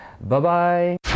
Bye-bye